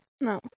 No